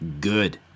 good